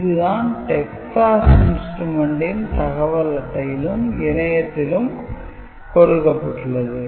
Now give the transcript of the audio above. இதுதான் "Texas Instruments" ன் தகவல் அட்டையிலும் இணையத்தளத்திலும் கொடுக்கப்பட்டுள்ளது